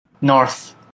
North